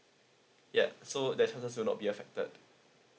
ya so that's attendance will not be affected